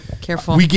careful